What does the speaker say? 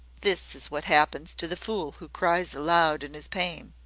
this is what happens to the fool who cries aloud in his pain